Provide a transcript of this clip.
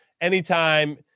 anytime